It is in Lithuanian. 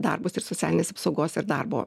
darbus ir socialinės apsaugos ir darbo